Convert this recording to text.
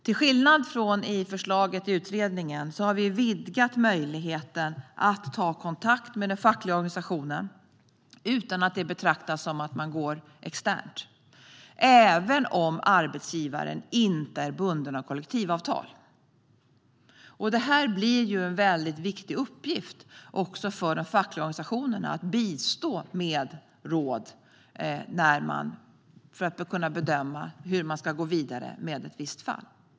Till skillnad från förslaget i utredningen har vi vidgat möjligheten att ta kontakt med den fackliga organisationen utan att det betraktas som att man går externt - även om arbetsgivaren inte är bunden av kollektivavtal. Det blir en väldigt viktig uppgift för de fackliga organisationerna att bistå med råd för att man ska kunna bedöma hur man ska gå vidare med ett visst fall.